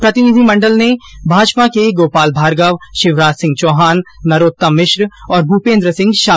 प्रतिनिधिमंडल में भाजपा के गोपाल भार्गव शिवराज सिंह चौहान नरोत्तम मिश्र और भूपेंद्र सिंह शामिल थे